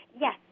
Yes